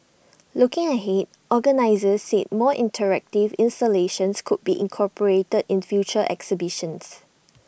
looking ahead organisers said more interactive installations could be incorporated in future exhibitions